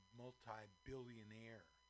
multi-billionaire